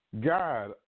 God